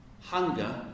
Hunger